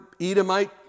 Edomite